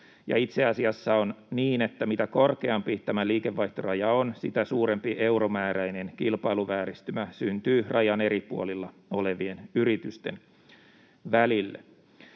itse asiassa on niin, että mitä korkeampi tämä liikevaihtoraja on, sitä suurempi euromääräinen kilpailuvääristymä syntyy rajan eri puolilla olevien yritysten välille.